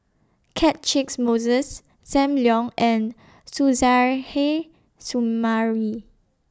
Catchick Moses SAM Leong and Suzairhe Sumari